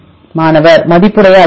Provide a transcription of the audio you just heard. மாணவர் மதிப்புடைய அதிர்வெண்